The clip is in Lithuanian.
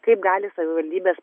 kaip gali savivaldybes